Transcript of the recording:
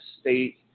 State